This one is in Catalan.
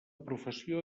professió